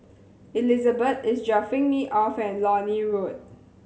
Elizabet is dropping me off at Lornie Road